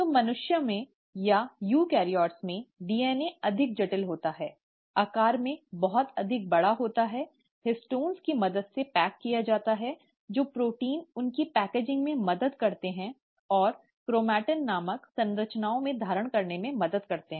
तो मनुष्यों में या यूकेरियोट्स में DNA अधिक जटिल होता है आकार में बहुत अधिक बड़ा होता है हिस्टोन की मदद से पैक किया जाता है जो प्रोटीन उनकी पैकेजिंग में मदद करते हैं और क्रोमेटिन नामक संरचनाओं में धारण करने में मदद करते हैं